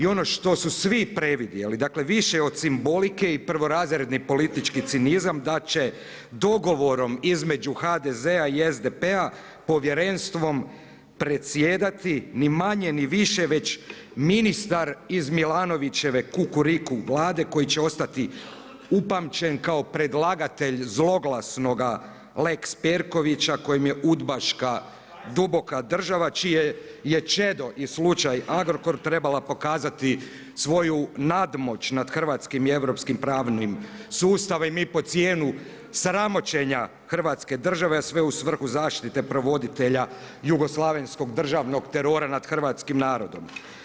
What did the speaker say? I ono što su svi previdjeli, dakle više od simbolike i prvorazredni politički cinizam da će dogovorom između HDZ-a i SDP-a povjerenstvom predsjedati ni manje ni više već ministar iz MIlanovićeve Kukuriku vlade koji će ostati upamćen kao predlagatelj zloglasnoga lex Perkovića kojem je udbaška duboka država čije je čedo i slučaj Agrokor trebala pokazati svoju nadmoć nad hrvatskim i europskim pravnim sustavom i pod cijenu sramoćenja Hrvatske države, a sve u svrhu zaštite provoditelja jugoslavenskog državnog terora nad hrvatskim narodom.